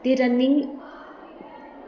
ते रनिंग